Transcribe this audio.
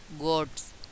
goats